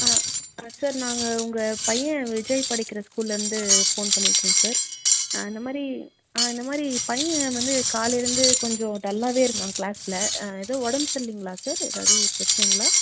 ஆ sir நாங்கள் உங்கள் பையன் விஜய் படிக்கிற ஸ்கூல்லருந்து ஃபோன் பண்ணியிருக்கேன் சார் இந்தமாதிரி இந்தமாதிரி பையன் வந்து காலையிலருந்து கொஞ்சம் டல்லாகவே இருந்தான் க்ளாஸில் எதுவும் உடம்பு சர்லிங்களா சார் ஏதாது பிரச்சனைங்களா